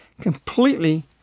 completely